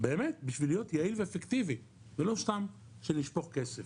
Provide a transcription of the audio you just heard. באמת בשביל להיות יעיל ואפקטיבי ולא סתם שנשפוך כסף.